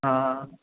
हां